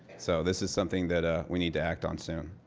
so, this is something that ah we need to act on soon.